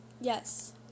Yes